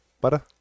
Butter